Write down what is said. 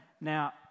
Now